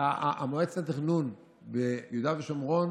מועצת התכנון ביהודה ושומרון